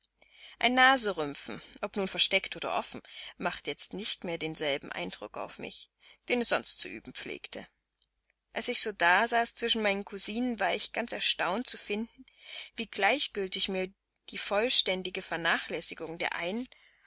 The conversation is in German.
ein naserümpfen ob nun versteckt oder offen machte jetzt nicht mehr denselben eindruck auf mich den es sonst zu üben pflegte als ich so dasaß zwischen meinen cousinen war ich ganz erstaunt zu finden wie gleichgiltig mir die vollständige vernachlässigung der einen